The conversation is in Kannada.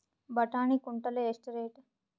ಬಟಾಣಿ ಕುಂಟಲ ಎಷ್ಟು ರೇಟ್?